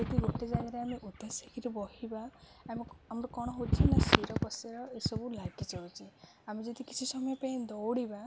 ଯଦି ଗୋଟେ ଜାଗାରେ ଆମେ ଆମର କ'ଣ ହେଉଛି ନା ଶୀର ପ୍ରଶୀର ଏସବୁ ଲାଗିଯାଉଛି ଆମେ ଯଦି କିଛି ସମୟ ପାଇଁ ଦୌଡ଼ିବା